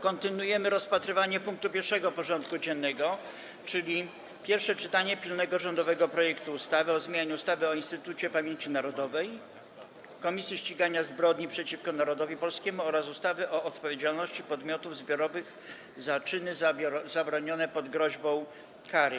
Kontynuujemy rozpatrywanie punktu 1. porządku dziennego: Pierwsze czytanie pilnego rządowego projektu ustawy o zmianie ustawy o Instytucie Pamięci Narodowej - Komisji Ścigania Zbrodni przeciwko Narodowi Polskiemu oraz ustawy o odpowiedzialności podmiotów zbiorowych za czyny zabronione pod groźbą kary.